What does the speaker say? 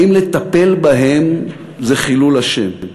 האם לטפל בהם זה חילול השם?